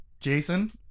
Jason